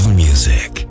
music